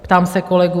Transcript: Ptám se kolegů: